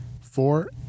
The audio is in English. four